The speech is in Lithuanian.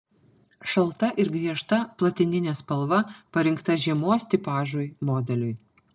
šalta ir griežta platininė spalva parinkta žiemos tipažui modeliui